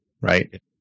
right